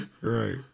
right